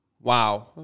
Wow